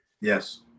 yes